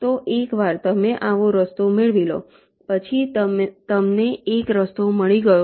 તો એકવાર તમે આવો રસ્તો મેળવી લો પછી તમને એક રસ્તો મળી ગયો